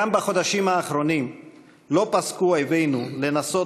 גם בחודשים האחרונים לא פסקו אויבינו לנסות